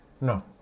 No